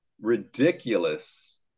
ridiculous